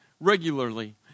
regularly